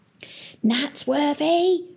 Natsworthy